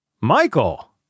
Michael